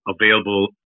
available